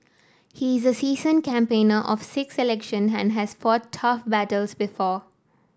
he is a seasoned campaigner of six election and has fought tough battles before